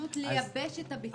פשוט צריך לייבש את הביצה.